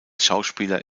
schauspieler